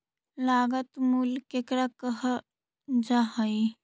लागत मूल्य केकरा कहल जा हइ?